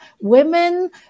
women